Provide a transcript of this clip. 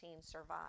Survived